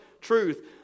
truth